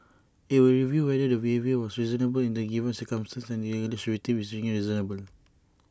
IT will review whether the behaviour was reasonable in the given circumstances and if the alleged victim is being reasonable